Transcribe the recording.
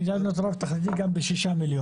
אני יכול לבנות גם ב-6 מיליון.